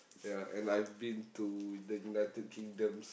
ya and I've been to the United-Kingdom